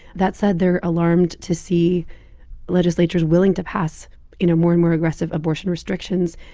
that said, they're alarmed to see legislatures willing to pass you know, more and more aggressive abortion restrictions.